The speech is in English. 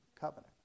covenant